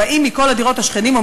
באים מכל הדירות השכנים,